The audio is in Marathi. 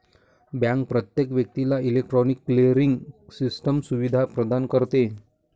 बँक प्रत्येक व्यक्तीला इलेक्ट्रॉनिक क्लिअरिंग सिस्टम सुविधा प्रदान करते